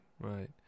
right